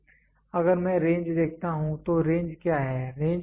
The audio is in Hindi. तो अगर मैं रेंज देखता हूं तो रेंज क्या है